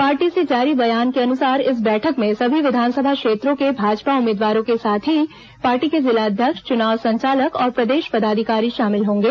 party से जारी बयान के अनुसार इस बैठक में सभी विधानसभा क्षेत्रों के भाजपा उम्मीदवारों के साथ ही पार्टी के जिलाध्यक्ष चुनाव संचालक और प्रदेश पदाधिकारी शामिल होंगे